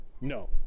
No